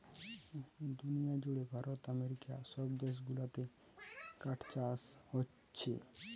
দুনিয়া জুড়ে ভারত আমেরিকা সব দেশ গুলাতে কাঠ চাষ হোচ্ছে